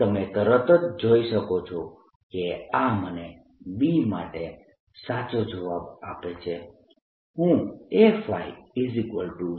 તમે તરત જ જોઈ શકો છો કે આ મને B માટે સાચો જવાબ આપે છે હું A0 ને પણ પસંદ કરી શકું છું